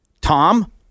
Tom